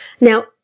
Now